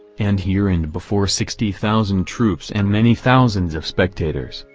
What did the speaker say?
and here and before sixty thousand troops and many thousands of spectators,